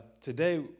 today